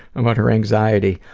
about her anxiety,